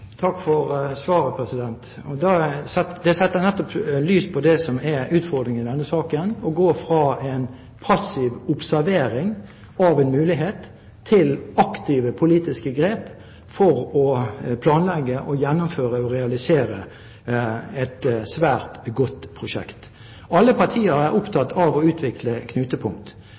Takk for svaret. Det setter lys på nettopp det som er utfordringen i denne saken: å gå fra passiv observering av en mulighet til aktive politiske grep for å planlegge, gjennomføre og realisere et svært godt prosjekt. Alle partier er opptatt av å utvikle knutepunkt.